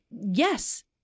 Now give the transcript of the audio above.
yes